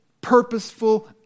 purposeful